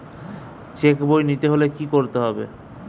Check বই নিতে হলে কি করতে হবে?